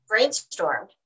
brainstormed